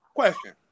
Question